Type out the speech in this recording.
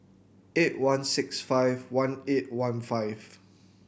eight one six five one eight one five